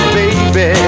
baby